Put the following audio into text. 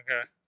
Okay